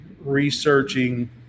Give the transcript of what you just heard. researching